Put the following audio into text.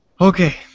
Okay